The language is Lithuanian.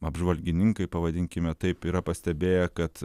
apžvalgininkai pavadinkime taip yra pastebėję kad